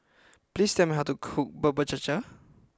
please tell me how to cook Bubur Cha Cha